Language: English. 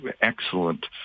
excellent